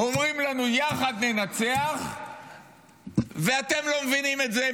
אומרים לנו: יחד ננצח ואתם לא מבינים את זה.